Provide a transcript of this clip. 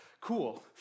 Cool